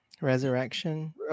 Resurrection